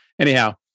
Anyhow